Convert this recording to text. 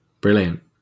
Brilliant